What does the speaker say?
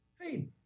hey